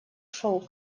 шел